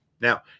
Now